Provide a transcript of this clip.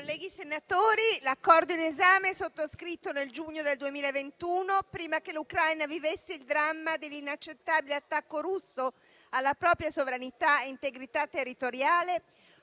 colleghi senatori, l'Accordo in esame, sottoscritto nel giugno 2021, prima che l'Ucraina vivesse il dramma dell'inaccettabile attacco russo alla propria sovranità e integrità territoriale